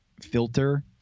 filter